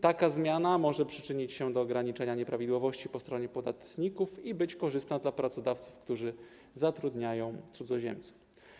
Taka zmiana może przyczynić się do ograniczenia nieprawidłowości po stronie podatników i być korzystna dla pracodawców, którzy zatrudniają cudzoziemców.